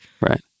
Right